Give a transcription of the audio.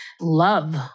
love